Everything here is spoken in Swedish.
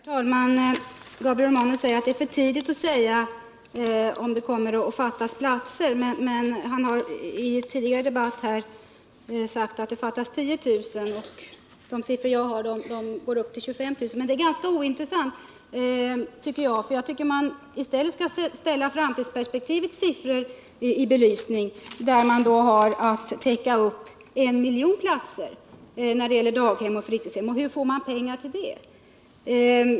Herr talman! Gabriel Romanus menar att det är för tidigt att säga om det kommer att fattas platser, men han har sagt i en tidigare debatt här i kammaren att det fattas 10 000 platser. Enligt de siffror jag har uppgår bristen till 25 000 platser. Jag tycker emellertid att detta är ganska ointressant. Man bör tvärtom ställa framtidsperspektivets siffror i belysning, och då måste vi räkna med att kunna täcka upp 1 miljon daghemsoch fritidshemsplatser. Hur får man pengar till det?